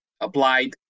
applied